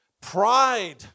pride